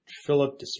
Philip